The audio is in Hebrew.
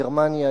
גרמניה,